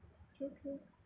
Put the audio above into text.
true true